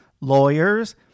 lawyers